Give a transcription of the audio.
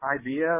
idea